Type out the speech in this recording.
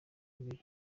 ibiri